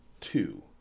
two